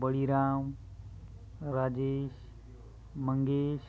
Baliram Rajesh Mangesh